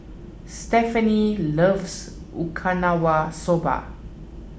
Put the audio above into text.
Stefani loves Okinawa Soba